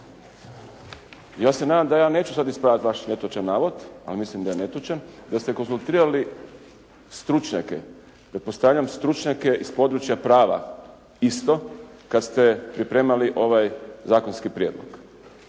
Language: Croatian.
ja se nadam da ja neću sada ispravljati vaš netočan navod, a mislim da je netočan, jer ste konzultirali stručnjake, pretpostavljam stručnjake iz područja prava, isto kada ste pripremali ovaj zakonski prijedlog.